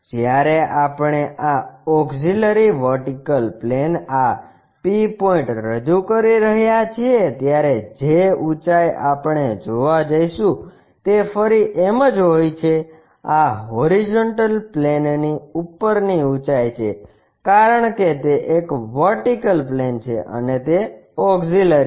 જ્યારે આપણે આ ઓક્ષીલરી વર્ટિકલ પ્લેન પર આ P પોઇન્ટ રજૂ કરી રહ્યા છીએ ત્યારે જે ઊંચાઈ આપણે જોવા જઈશું તે ફરી m જ હોય છે આ હોરીઝોન્ટલ પ્લેનની ઉપરની ઊંચાઇ છે કારણ કે તે એક વર્ટિકલ પ્લેન છે અને તે ઓક્ષીલરી છે